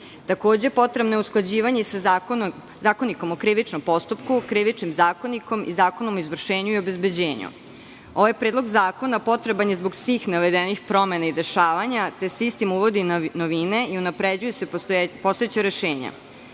Takođe, potrebno je usklađivanje sa Zakonikom o krivičnom postupku, Krivičnim zakonikom i Zakonom o izvršenju i obezbeđenju. Ovaj predlog zakona potreban je zbog svih navedenih promena i dešavanja, te se istim uvode novine i unapređuju se postojeća